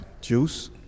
Juice